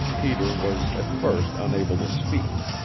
peter was at first unable to speak.